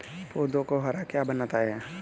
पौधों को हरा क्या बनाता है?